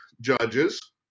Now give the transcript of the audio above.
judges